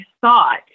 thought